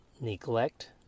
neglect